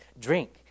drink